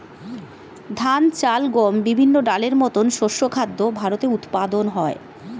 ধান, চাল, গম, বিভিন্ন ডালের মতো শস্য খাদ্য ভারতে উৎপাদন হয়